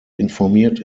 informiert